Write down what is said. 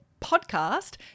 podcast